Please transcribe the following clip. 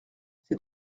c’est